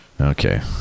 Okay